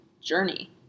journey